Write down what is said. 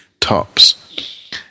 tops